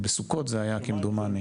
בסוכות זה היה כמדומני,